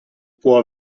può